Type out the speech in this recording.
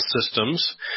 systems